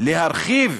להרחיב